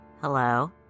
Hello